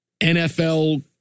NFL